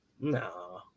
No